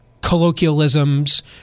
colloquialisms